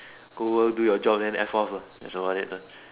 go work do your job and F off lah that's about it lah